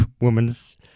woman's